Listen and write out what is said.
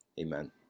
Amen